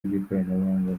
by’ikoranabuhanga